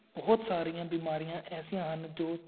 ਬਹੁਤ ਸਾਰੀਆਂ ਬਿਮਾਰੀਆਂ ਐਸੀਆਂ ਹਨ ਜੋ